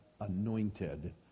anointed